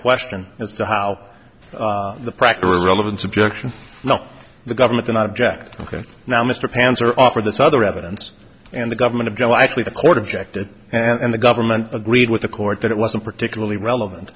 question as to how the practical relevance objection not the government cannot object ok now mr panzer offered this other evidence and the government of joe actually the court objected and the government agreed with the court that it wasn't particularly relevant